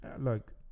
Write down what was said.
Look